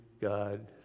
God